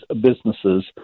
businesses